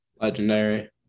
Legendary